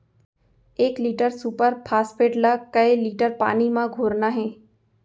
एक litre super phosphate ला कए लीटर पानी मा घोरना हे?